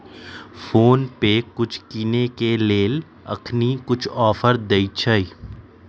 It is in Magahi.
फोनपे कुछ किनेय के लेल अखनी कुछ ऑफर देँइ छइ